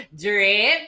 Drip